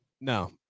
no